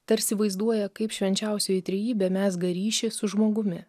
tarsi vaizduoja kaip švenčiausioji trejybė mezga ryšį su žmogumi